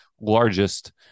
largest